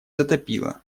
затопило